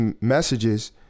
messages